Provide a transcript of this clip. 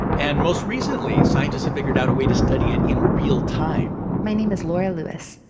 and most recently, scientists have figured out a way to study it in real time my name is laura lewis.